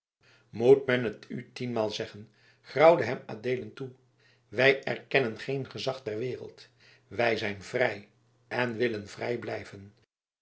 moet men het u tienmaal zeggen grauwde hem adeelen toe wij erkennen geen gezag ter wereld wij zijn vrij en willen vrij blijven